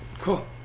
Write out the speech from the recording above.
Cool